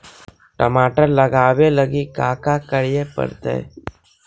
टमाटर लगावे लगी का का करये पड़तै?